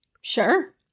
Sure